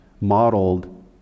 modeled